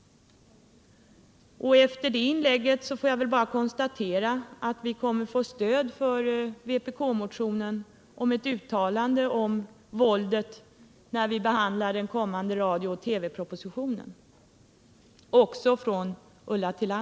Efter det inlägget får jag väl bara konstatera att vi också från Ulla Tillander kommer att få stöd för vpk-motionen om ett uttalande om våldet, när riksdagen behandlar den kommande radiooch TV-propositionen.